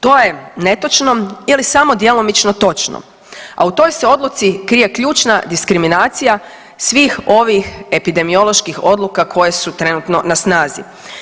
To je netočno ili samo djelomično točno, a u toj se odluci krije ključna diskriminacija svih ovih epidemioloških odluka koje su trenutno na snazi.